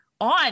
on